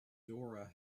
dora